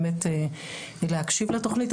באמת להקשיב לתכנית.